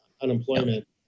unemployment